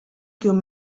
hyung